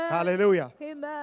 Hallelujah